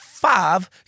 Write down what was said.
five